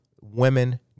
Women